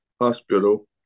hospital